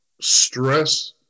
stress